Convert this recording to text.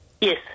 Yes